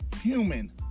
human